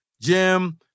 Jim